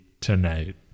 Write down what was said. tonight